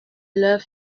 leur